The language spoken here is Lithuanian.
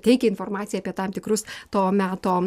teikia informaciją apie tam tikrus to meto